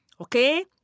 okay